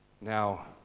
Now